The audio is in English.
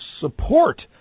support